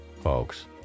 folks